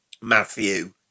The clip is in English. Matthew